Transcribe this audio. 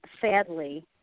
Sadly